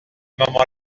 moment